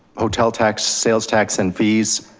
hotel tax sales, tax and fees.